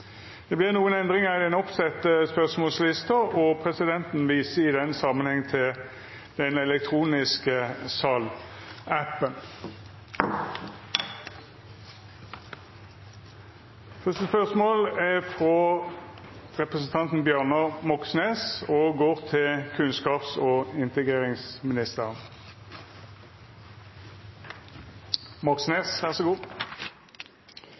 Det vert nokre endringar i den oppsette spørsmålslista, og presidenten viser i den samanhengen til den elektroniske salappen. Endringane var desse: Spørsmål nr. 3, frå representanten Sandra Borch til justis- og beredskapsdepartementet, er trekt tilbake. Spørsmål nr. 7, frå representanten Elise Bjørnebekk-Waagen til arbeids- og